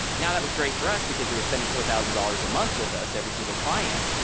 now that was great for us because they were spending four thousand dollars a month with us every single client.